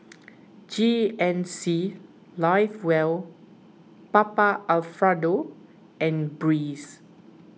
G N C Live Well Papa Alfredo and Breeze